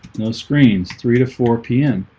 no screens three to four pm